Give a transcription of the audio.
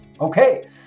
Okay